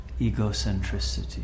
egocentricity